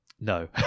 No